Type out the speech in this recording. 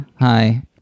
Hi